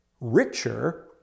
richer